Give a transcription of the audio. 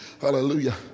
Hallelujah